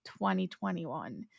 2021